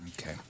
Okay